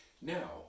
Now